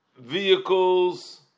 vehicles